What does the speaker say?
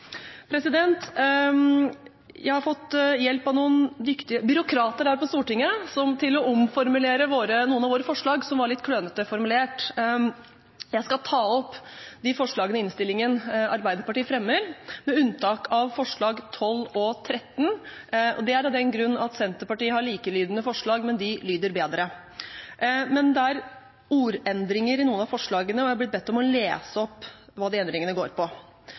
Jeg har fått hjelp av noen dyktige byråkrater her på Stortinget til å omformulere noen av våre forslag som var litt klønete formulert. Jeg skal ta opp de forslagene i innstillingen som Arbeiderpartiet fremmer, med unntak av forslagene nr. 12 og 13, og det er av den grunn at Senterpartiet har de samme forslagene, men de lyder bedre. Men det er ordendringer i noen av forslagene, og jeg er blitt bedt om å lese opp hva de endringene går ut på.